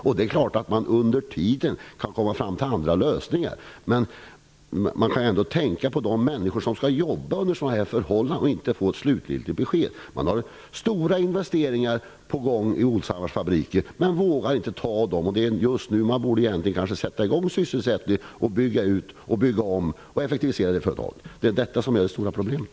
Visserligen kan man under tiden komma fram till andra lösningar, men man borde ändå tänka på de människor som jobbar under dessa förhållanden och inte får något slutgiltigt besked. Det är stora investeringar på gång i Olshammarsfabriken, men man vågar inte genomföra dem, trots att det just nu är lämpligt att sätta i gång sysselsättningen, bygga ut, bygga om och effektivisera företaget. Det är detta som är det stora problemet.